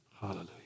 Hallelujah